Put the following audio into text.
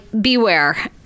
Beware